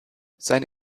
seine